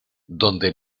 donde